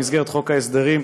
במסגרת חוק ההסדרים,